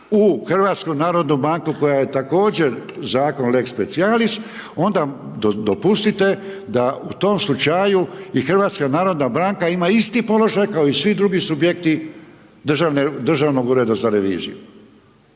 lex specijalis u HNB koja je također zakon lex specijalis onda dopustite da u tom slučaju i HNB ima isti položaj kao i svi drugi subjekti Državnog ureda za reviziju.